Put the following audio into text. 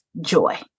joy